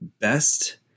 best